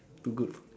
too good